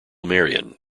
marion